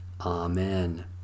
Amen